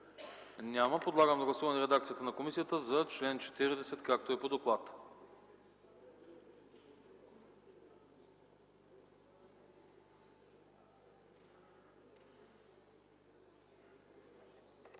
Няма. Подлагам на гласуване редакцията на комисията за чл. 41 както е по доклада.